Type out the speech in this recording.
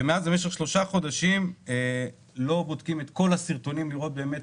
ומאז במשך שלושה חודשים לא בודקים את כל הסרטונים בשביל לראות באמת